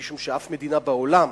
משום שאף מדינה בעולם